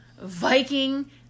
Viking